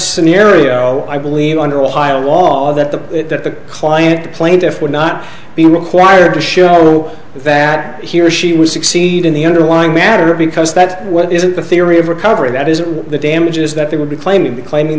scenario i believe under ohio law that the that the client plaintiff would not be required to show that he or she would succeed in the underlying matter because that's what isn't the theory of recovery that is the damages that there would be claiming claiming